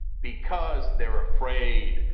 because they're afraid.